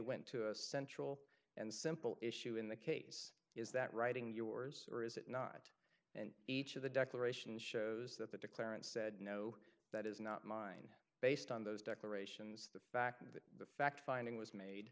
went to a central and simple issue in the case is that writing yours or is it not and each of the declarations shows that the declarant said no that is not mine based on those declarations the fact that the fact finding was made